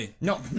No